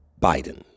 Biden